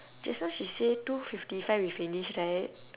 just now she said two fifty five we finish right